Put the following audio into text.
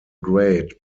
great